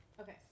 Okay